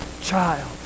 child